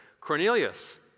Cornelius